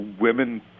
Women